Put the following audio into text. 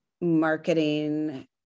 marketing